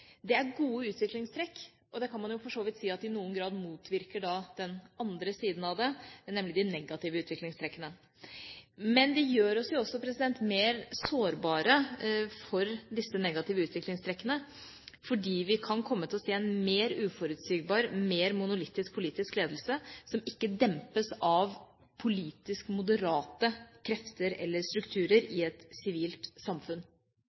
det. Det er gode utviklingstrekk. Det kan man for så vidt si i noen grad motvirker den andre siden av det, nemlig de negative utviklingstrekkene. Men det gjør oss også mer sårbare for disse negative utviklingstrekkene, fordi vi kan komme til å se en mer uforutsigbar, mer monolittisk politisk ledelse, som ikke dempes av politisk moderate krefter eller strukturer i et sivilt samfunn.